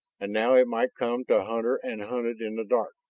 and now it might come to hunter and hunted in the dark.